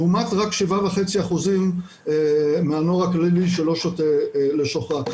לעומת רק 7.5% מהנוער הכללי שלא שותה לשוכרה.